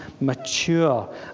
mature